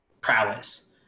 prowess